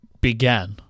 began